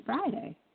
Friday